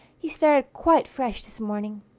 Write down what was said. he started quite fresh this morning.